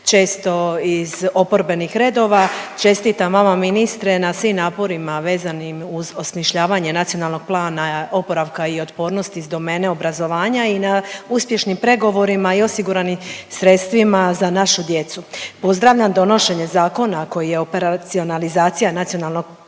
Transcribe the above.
često iz oporbenih redova. Čestitam vama ministre na svim naporima vezanim uz osmišljavanje NPOO-a iz domene obrazovanja i na uspješnim pregovorima i osiguranim sredstvima za našu djecu. Pozdravljam donošenje zakona koji je operacionalizacija NPOO-a budući da